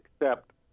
accept